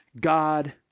God